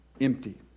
empty